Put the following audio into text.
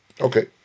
Okay